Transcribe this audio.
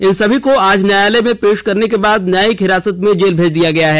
इन सभी को आज न्यायालय में पेष करने के बाद न्यायिक हिरासत में जेल भेज दिया गया है